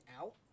out